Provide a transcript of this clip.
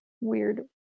weird